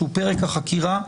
שהוא פרק החקירה,